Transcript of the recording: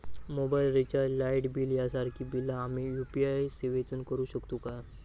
Mobile recharge, light bill यांसारखी बिला आम्ही यू.पी.आय सेवेतून करू शकतू काय?